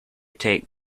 take